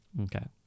Okay